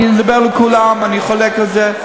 אני מדבר על כולם, אני חולק על זה.